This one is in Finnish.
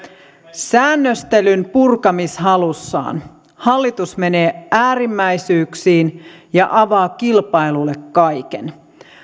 säännöstelynpurkamishalussaan hallitus menee äärimmäisyyksiin ja avaa kilpailulle kaiken